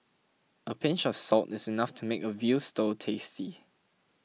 a pinch of salt is enough to make a Veal Stew tasty